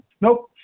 Nope